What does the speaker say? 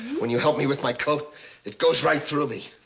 when you help me with my coat it goes right through me.